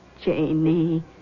Janie